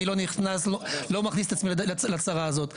אני לא נכנס ולא הייתי מכניס את עצמי לצרה הזאת.